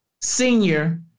senior